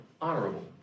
honorable